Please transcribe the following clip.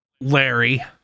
Larry